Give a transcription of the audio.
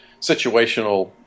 situational